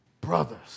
brothers